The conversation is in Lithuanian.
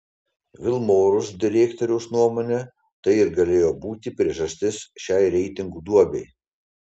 vilmorus direktoriaus nuomone tai ir galėjo būti priežastis šiai reitingų duobei